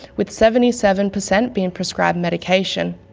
with seventy seven percent being prescribed medication,